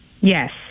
Yes